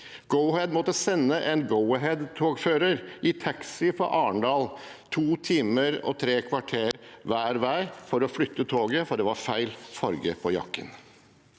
Go-Ahead måtte sende en Go-Ahead-togfører i taxi fra Arendal – to timer og tre kvarter hver vei – for å flytte toget, altså fordi det var feil farge på jakken.